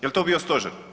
Jel to bio stožer?